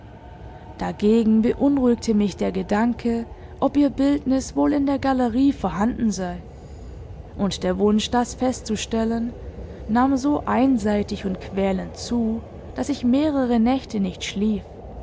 dagegen beunruhigte mich der gedanke ob ihr bildnis wohl in der galerie vorhanden sei und der wunsch das festzustellen nahm so einseitig und quälend zu daß ich mehrere nächte nicht schlief